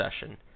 session